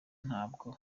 ntabwo